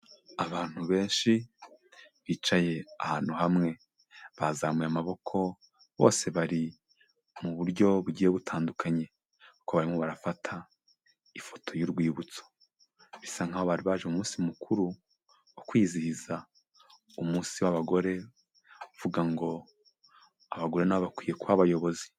Abantu benshi, bicaye ahantu hamwe, bazamuye amaboko, bose bari mu buryo bugiye butandukanye kuko barimo barafata ifoto y'urwibutso, bisa nkaho bari baje mu munsi mukuru wo kwizihiza umunsi w'abagore, bavuga ngo abagore nabo bakwiye kuba abayobozi.